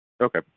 Okay